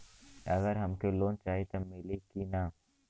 अगर हमके लोन चाही त मिली की ना?